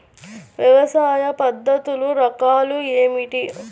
వ్యవసాయ పద్ధతులు రకాలు ఏమిటి?